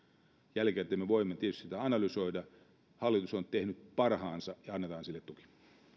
jälkikäteen me voimme tietysti sitä analysoida hallitus on tehnyt parhaansa ja annetaan sille tuki